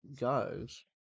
guys